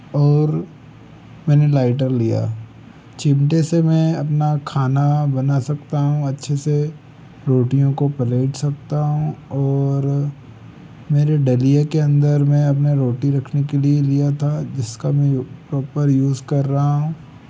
और मैंने लाइटर लिया चिमटे से मैं अपना खाना बना सकता हूँ अच्छे से रोटियों को पलट सकता हूँ और मेरे डलिए के अंदर मैं अपने रोटी रखने के लिए लिया था जिसका मैं प्रॉपर यूज़ कर रहा हूँ